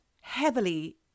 heavily